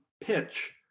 pitch